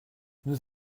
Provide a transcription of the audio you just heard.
nous